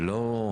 זה לא,